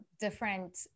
different